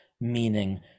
meaning